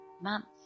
months